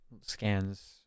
scans